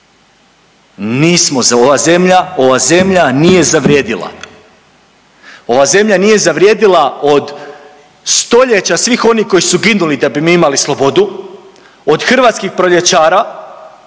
ova zemlja nije zavrijedila, ova zemlja nije zavrijedila od stoljeća svih onih koji su ginuli da bi mi imali slobodu, od Hrvatskih proljećara